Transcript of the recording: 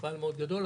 מפעל מאוד גדול,